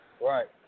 Right